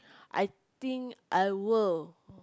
I think I will